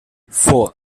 four